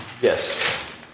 Yes